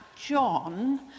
John